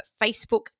Facebook